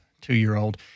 two-year-old